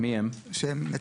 גלעד, אתה רוצה?